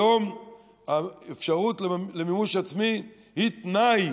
היום האפשרות למימוש עצמי היא תנאי